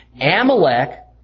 Amalek